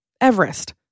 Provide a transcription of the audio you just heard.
Everest